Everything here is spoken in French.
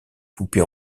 poupées